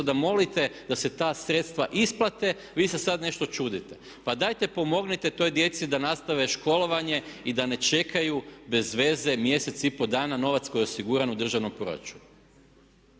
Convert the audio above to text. da molite da se ta sredstva isplate vi se sad nešto čudite. Pa dajte pomognite toj djeci da nastave školovanje i da ne čekaju bez veze mjesec i pol dana novac koji je osiguran u državnom proračunu.